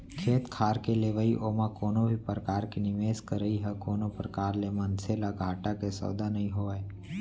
खेत खार के लेवई ओमा कोनो भी परकार के निवेस करई ह कोनो प्रकार ले मनसे ल घाटा के सौदा नइ होय